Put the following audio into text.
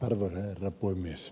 arvoisa herra puhemies